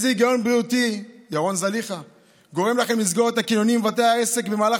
איזה היגיון בריאותי גורם לכם לסגור את הקניונים ובתי העסק במהלך